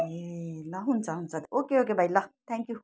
ए ल हुन्छ हुन्छ ओके ओके भाइ ल थ्याङ्क यु